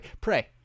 pray